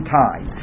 time